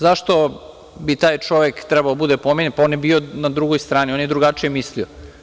Zašto bi taj čovek trebalo da bude pominjan, pa on je bio na drugoj strani, on je drugačije mislio.